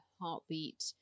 heartbeat